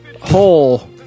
hole